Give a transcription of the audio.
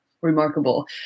remarkable